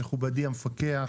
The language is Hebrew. מכובדי המפקח,